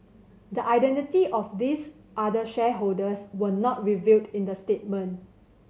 the identity of these other shareholders were not revealed in the statement